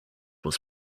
was